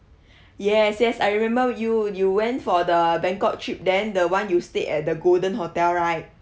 yes yes I remember you you went for the bangkok trip then the one you stayed at the golden hotel right